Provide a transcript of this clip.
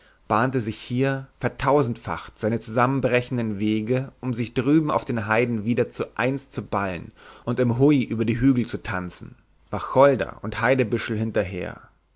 bahnte sich hier vertausendfacht seine zusammenbrechenden wege um sich drüben auf den heiden wieder zu eins zu ballen und im hui über die hügel zu tanzen wacholder und heidebüschel hinterher